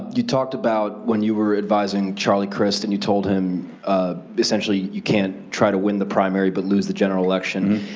you talked about when you were advising charlie crist and you told him essentially, you can't try to win the primary but lose the general election.